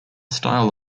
style